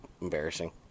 embarrassing